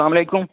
اسلام علیکُم